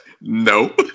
no